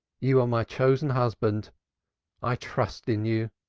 you are my chosen husband i trust in you.